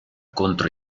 contro